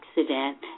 accident